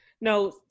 no